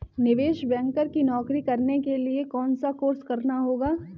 निवेश बैंकर की नौकरी करने के लिए कौनसा कोर्स करना होगा?